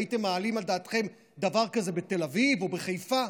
הייתם מעלים על דעתכם דבר כזה בתל אביב או בחיפה?